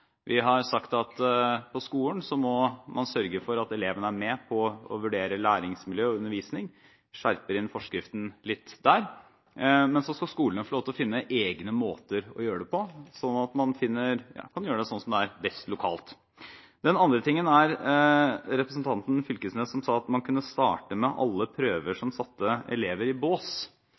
Vi har sagt at på skolen må man sørge for at elevene er med på å vurdere læringsmiljø og undervisning – vi skjerper inn forskriften litt der – men så skal skolene få lov til å finne egne måter å gjøre det på, så man kan gjøre det slik det er best lokalt. Det andre er det representanten Fylkesnes sa om at man kunne starte med alle prøver som satte elever i bås.